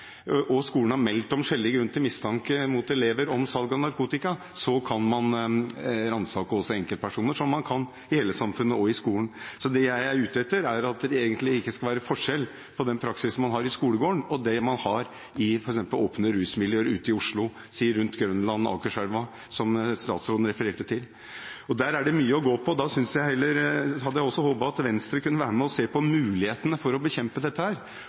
og skolen har meldt om skjellig grunn til mistanke mot elever om salg av narkotika, så kan man ransake også enkeltpersoner som man kan i hele samfunnet og i skolen. Det jeg er ute etter, er at det egentlig ikke skal være forskjell på den praksis man har i skolegården, og den man har i f.eks. åpne rusmiljøer i Oslo, rundt Grønland og Akerselva, som statsråden refererte til. Der er det mye å gå på, og da hadde jeg håpet at Venstre også kunne være med og se på mulighetene for å bekjempe dette